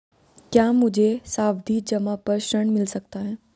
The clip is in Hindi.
क्या मुझे सावधि जमा पर ऋण मिल सकता है?